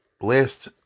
last